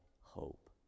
hope